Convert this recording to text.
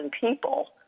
people